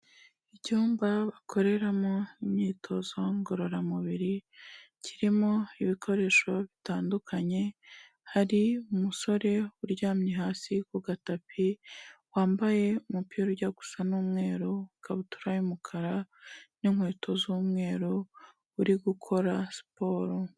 Icyumba bakoreramo imyitozo ngororamubiri, kirimo ibikoresho bitandukanye, hari umusore uryamye hasi ku gatapi, wambaye umupira ujya gusa n'umweru, ikabutura y'umukara n'inkweto z'umweru uri gukora siporo.